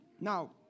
now